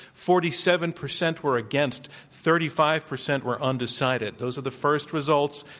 forty seven percent were against. thirty five percent were undecided. those are the first results.